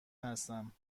هستم